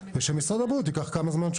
ושמשרד הבריאות ייקח כמה זמן שהוא